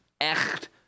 echt